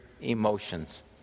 emotions